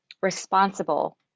responsible